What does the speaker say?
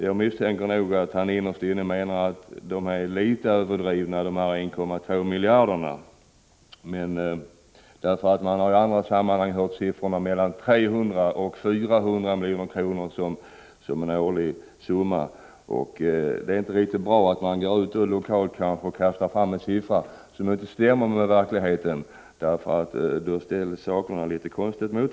Jag misstänker nog att han innerst inne menar att siffran 1,2 miljarder är litet överdriven. I andra sammanhang har vi ju hört siffror mellan 300 och 400 miljoner årligen. Då är det kanske inte riktigt bra att man lokalt kastar fram en siffra som inte stämmer med verkligheten, för det ställer sakerna mot varandra på ett konstigt sätt.